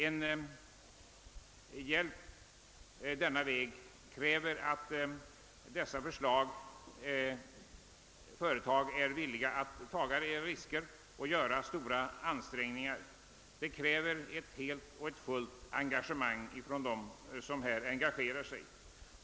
En hjälp denna väg kräver att dessa företag är villiga att ta vissa risker och göra stora ansträngningar. Den kräver ett helt och fullt engagemang från dem som här befattar sig med denna sak.